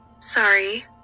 Sorry